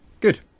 Good